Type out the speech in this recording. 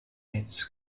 its